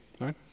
right